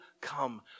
come